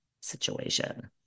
situation